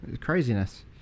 Craziness